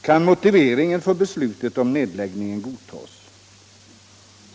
Kan motiven för beslutet om nedläggning godtas?